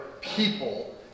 people